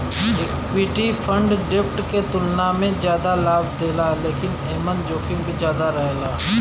equity fund डेब्ट के तुलना में जादा लाभ देला लेकिन एमन जोखिम भी ज्यादा रहेला